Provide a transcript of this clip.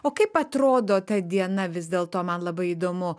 o kaip atrodo ta diena vis dėlto man labai įdomu